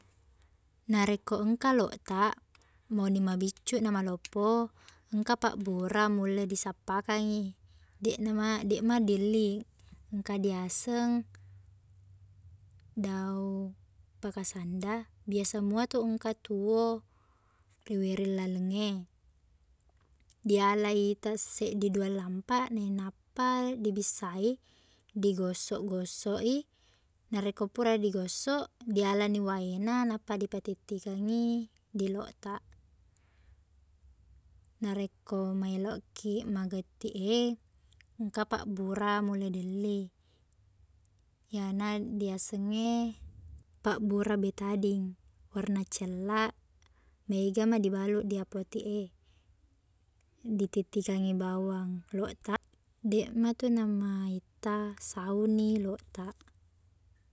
Narekko engka loqtaq mauni mabiccu na maloppo engka pabbura mulle disappakangngi deqna ma- deq ma dielli engka diaseng daung pakasanda biasa mua engka tuo riwiring laleng e diala ita seddi dua lammpa nainappa dibissai digosok-gosok i narekko pura digosok dialani waena nappa dipatittikengngi di loqtaq narekko maeloqki magettiq e engka pabbura mulle dielli iyana diaseng e pabbura betading warna cellaq maega ma dibaluq di apotik e ditittikengngi bawang loqtaq deqma tu na maetta sauni loqtaq